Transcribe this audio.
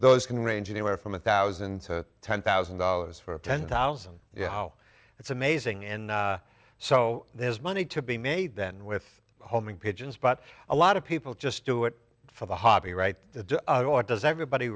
those can range anywhere from one thousand to ten thousand dollars for ten thousand you know how it's amazing and so there's money to be made then with homing pigeons but a lot of people just do it for the hobby right or does everybody